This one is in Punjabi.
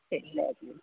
ਠੀਕ ਹੈ ਜੀ